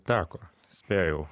teko spėjau